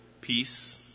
peace